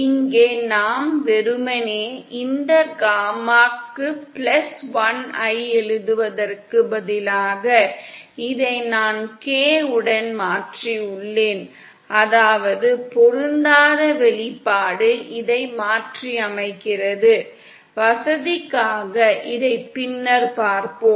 இங்கே நாம் வெறுமனே இந்த காமாக் 1 ஐ எழுதுவதற்கு பதிலாக இதை நான் k உடன் மாற்றியுள்ளேன் அதாவது பொருந்தாத வெளிப்பாடு இதை மாற்றியமைக்கிறது வசதிக்காக இதை பின்னர் பார்ப்போம்